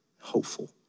hopeful